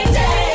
day